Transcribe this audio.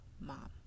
mom